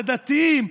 לדתיים?